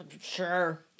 sure